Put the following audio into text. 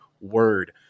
word